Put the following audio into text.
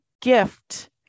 gift